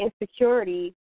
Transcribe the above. insecurity